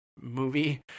movie